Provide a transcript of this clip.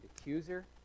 accuser